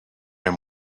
him